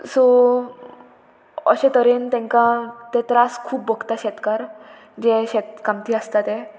so अशे तरेन तांकां ते त्रास खूब भोगता शेतकार जे शेतकामती आसता ते